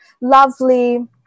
Lovely